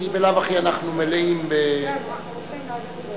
כי בלאו הכי אנחנו מלאים, כן, אנחנו רוצים להצביע,